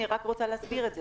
אני רק רוצה להסביר את זה.